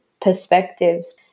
perspectives